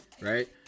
right